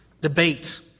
debate